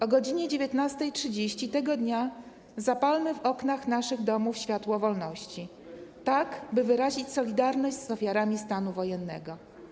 O godz. 19.30 tego dnia zapalmy w oknach naszych domów światło wolności, tak by wyrazić solidarność z ofiarami stanu wojennego.